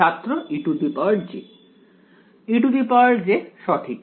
ছাত্র ej ej সঠিক